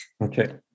Okay